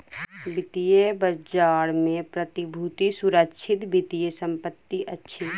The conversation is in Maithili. वित्तीय बजार में प्रतिभूति सुरक्षित वित्तीय संपत्ति अछि